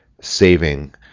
saving